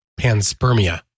panspermia